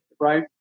right